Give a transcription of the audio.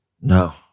No